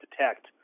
detect